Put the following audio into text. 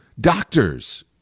doctors